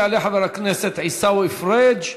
יעלה חבר הכנסת עיסאווי פריג'.